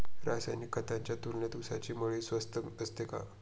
रासायनिक खतांच्या तुलनेत ऊसाची मळी स्वस्त असते का?